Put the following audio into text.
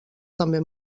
també